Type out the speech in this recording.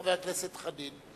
חבר הכנסת חנין,